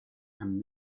and